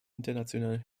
internationalen